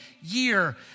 year